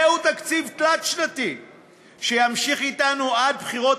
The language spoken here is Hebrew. זהו תקציב תלת-שנתי שימשיך אתנו עד בחירות